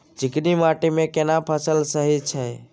चिकनी माटी मे केना फसल सही छै?